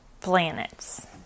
planets